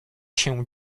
się